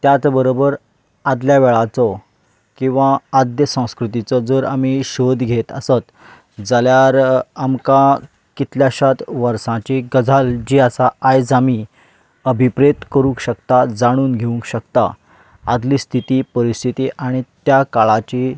त्यात बरबर आदल्या वेळाचो किंवा आद्य संस्कृतीचो जर आमी शोध घेत आसत जाल्यार आमकां कितल्याशात वर्सांची गजाल जी आसा आयज आमी अभिप्रेत करूंक शकतात जाणून घेवंक शकता आदली स्थिती परिस्थिती आनी त्या काळाची